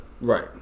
right